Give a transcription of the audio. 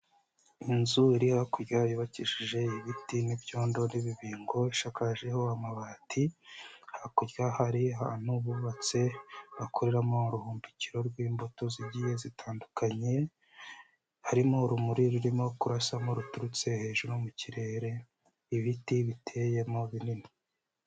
Inzu iri hakurya yubakishije ibiti n'ibyondori n'ibibingo ishakajeho amabati, hakurya hari ahantu bubatse bakoreramo uruhumbikiro rw'imbuto zigiye zitandukanye, harimo urumuri rurimo kurasamo ruturutse hejuru mu kirere, ibiti biteyemo binini.